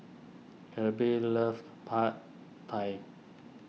Claribel loves Pad Thai